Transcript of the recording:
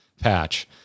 patch